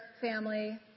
family